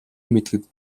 мэдэхэд